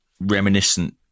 reminiscent